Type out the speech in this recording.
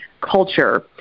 culture